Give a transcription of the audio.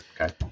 Okay